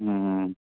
ഹമ് ഹമ്